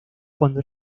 cuando